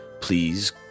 please